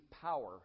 power